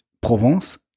Provence